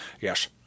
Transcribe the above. Yes